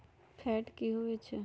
Fat की होवछै?